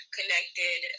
Connected